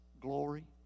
glory